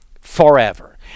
forever